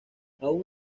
aun